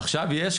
עכשיו יש,